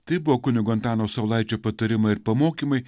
tai buvo kunigo antano saulaičio patarimai ir pamokymai